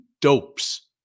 dopes